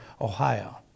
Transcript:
Ohio